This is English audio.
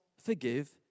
forgive